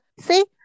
see